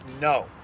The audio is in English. No